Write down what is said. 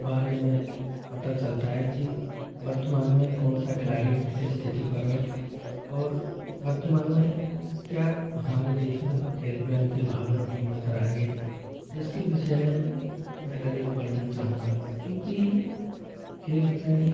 बारे में पता चलता है कि वर्तमान में कौन सा खिलाड़ी किस स्थिति पर है और वर्तमान में क्या हमारे देश में खेल प्रेम की भावना उमड़ कर आई है इसके विषय में मैं अधिक पढ़ाना चाहूँगा क्योंकि खेल प्रेम